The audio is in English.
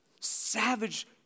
savage